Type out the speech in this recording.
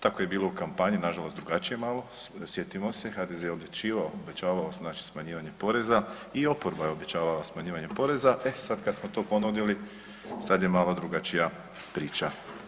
Tako je bilo u kampanji, nažalost drugačije malo, sjetimo se, HDZ je odlučivao, obećavao, znači smanjivanje poreza i oporba je obećavala smanjivanje poreza, e sad kad smo to ponudili sad je malo drugačija priča.